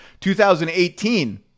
2018